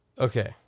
Okay